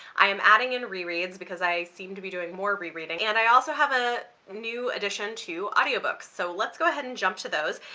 i am adding in rereads because i seem to be doing more rereading and i also have a new addition to audiobooks. so let's go ahead and jump to those.